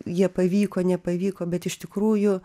jie pavyko nepavyko bet iš tikrųjų